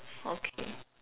okay